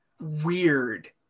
weird